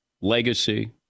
legacy